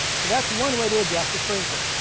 so that's one way to adjust the sprinkler.